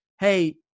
hey